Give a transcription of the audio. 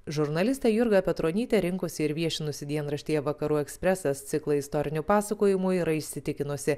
žurnalistė jurga petronytė rinkusi ir viešinusi dienraštyje vakarų ekspresas ciklą istorinių pasakojimų yra įsitikinusi